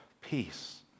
peace